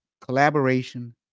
collaboration